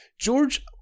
George